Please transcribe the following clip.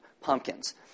pumpkins